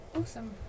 Awesome